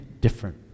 different